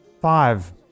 five